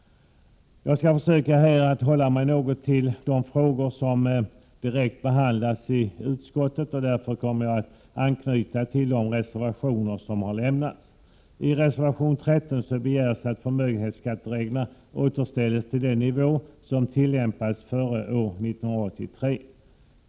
Jag skall försöka att hålla mig till de frågor som direkt behandlas i utskottet, och därför kommer jag att anknyta till de reservationer som har lämnats. I reservation 13 begärs att förmögenhetsskattereglerna återställs till den nivå som tillämpades före år 1983.